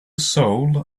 soul